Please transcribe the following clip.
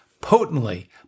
potently